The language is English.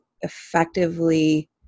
effectively